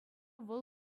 вӑл